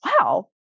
wow